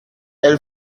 elle